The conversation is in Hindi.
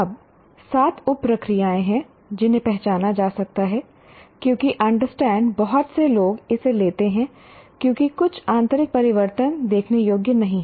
अब सात उप प्रक्रियाएं हैं जिन्हें पहचाना जाता है क्योंकि अंडरस्टैंड ' बहुत से लोग इसे लेते हैं क्योंकि कुछ आंतरिक परिवर्तन देखने योग्य नहीं हैं